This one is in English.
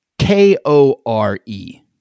K-O-R-E